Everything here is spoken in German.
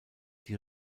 die